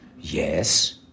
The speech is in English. Yes